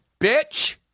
bitch